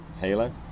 Halo